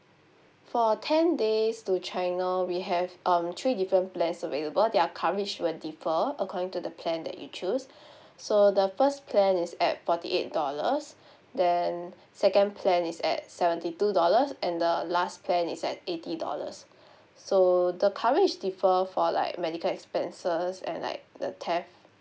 for ten days to china we have um three different plans available their coverage will differ according to the plan that you choose so the first plan is at forty eight dollars then second plan is at seventy two dollars and the last plan is at eighty dollars so the coverage differ for like medical expenses and like the theft